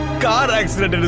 god is